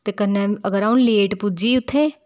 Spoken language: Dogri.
कन्नै अगर अ'ऊं लेट पुज्जी उत्थै